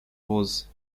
was